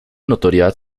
notoriedad